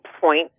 point